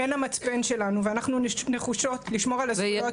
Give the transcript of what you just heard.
הן המצפן שלנו ואנחנו נחושות לשמור על הזכויות.